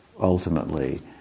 ultimately